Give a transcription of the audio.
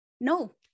no